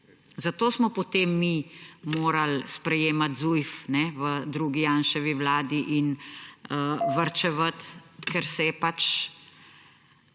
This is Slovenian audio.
Zato smo potem mi morali sprejemati Zujf v drugi Janševi vladi in varčevati. Ker je bilo